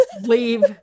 leave